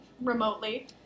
remotely